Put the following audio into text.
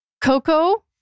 Coco